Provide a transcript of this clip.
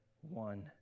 one